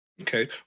Okay